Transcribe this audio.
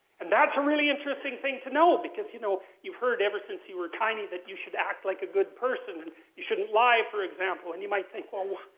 and that's a really interesting thing to know because you know you've heard ever since you were tiny that you should act like a good person and you shouldn't lie, for example. and you might think, well,